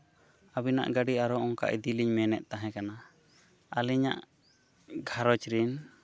ᱟᱹᱵᱤᱱᱟᱜ ᱜᱟᱹᱰᱤ ᱟᱨᱦᱚᱸ ᱚᱱᱠᱟ ᱤᱫᱤᱞᱤᱧ ᱢᱮᱱᱮᱫ ᱛᱟᱦᱮᱸ ᱠᱟᱱᱟ ᱟᱹᱞᱤᱧᱟᱜ ᱜᱷᱟᱨᱚᱸᱡᱽ ᱨᱮᱱ